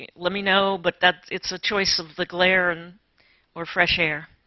yeah let me know, but it's a choice of the glare and or fresh air.